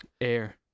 Air